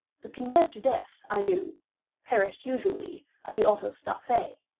the condemned to death, i knew perished usually at the autos-da-fe,